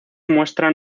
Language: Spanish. muestran